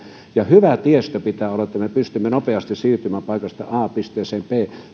ja hyvä tiestö pitää olla että me pystymme nopeasti siirtymään paikasta a pisteeseen b